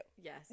Yes